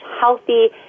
healthy